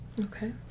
Okay